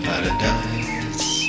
Paradise